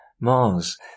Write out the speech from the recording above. Mars